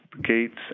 Gates